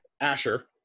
Asher